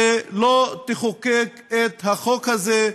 ולא תחוקק את החוק הזה,